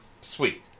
Sweet